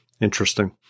Interesting